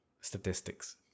statistics